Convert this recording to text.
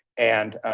and,